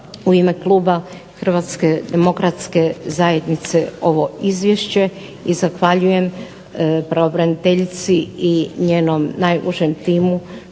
u ime kluba Hrvatske demokratske zajednice ovo izvješće i zahvaljujem pravobraniteljici i njenom najužem timu